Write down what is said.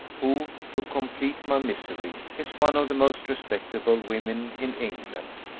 who, to complete my misery, is one of the most respectable women in england,